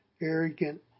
arrogant